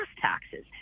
taxes